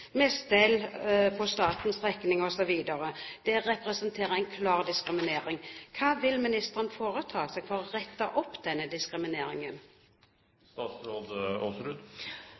med stell på statens regning osv., representerer en klar diskriminering. Hva vil ministeren foreta seg for å rette opp i denne diskrimineringen?